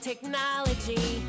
Technology